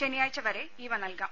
ശനിയാഴ്ച വരെ ഇവ നൽകാം